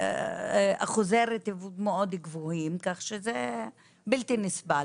ואחוזי רטיבות מאוד גבוהים כך שזה בלתי נסבל.